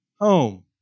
home